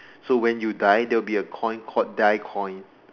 so when you die there'll be a coin called die coin